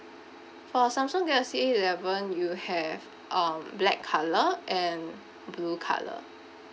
for samsung galaxy eleven you have um black colour and blue colour